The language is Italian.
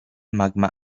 magma